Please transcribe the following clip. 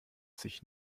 sich